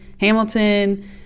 Hamilton